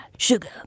Sugar